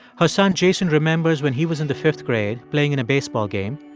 her son, jason, remembers when he was in the fifth grade playing in a baseball game.